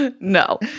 No